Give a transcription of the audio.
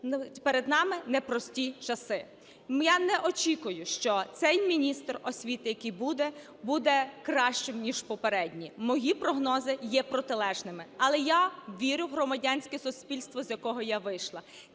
перед нами непрості часи. Я не очікую, що цей міністр освіти, який буде, буде кращим ніж попередній. Мої прогнози є протилежними. Але я вірю в громадянське суспільство, з якого я вийшла.